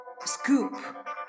Scoop